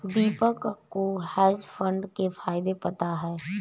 दीपक को hedge fund के फायदे पता है